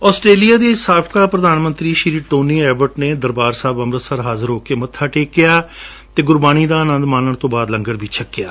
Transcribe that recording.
Australia ਦੇ ਸਾਬਕਾ ਪ੍ਰਧਾਨ ਮੰਤਰੀ ਸ੍ਰੀ ਟੋਨੀ ਅਬਾਟ ਨੇ ਦਰਬਾਰ ਸਾਹਿਬ ਅੰਮ੍ਰਿਤਸਰ ਹਾਜਰ ਹੋਕੇ ਮੱਬਾ ਟੇਕਿਆ ਅਤੇ ਗੁਰਬਾਣੀ ਦਾ ਆਨੰਦ ਮਾਨਣ ਤੋਂ ਬਾਅਦ ਲੰਗਰ ਵੀ ਛਕਿਆ